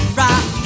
rock